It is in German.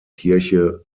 kirche